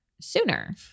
sooner